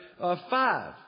five